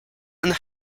and